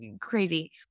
crazy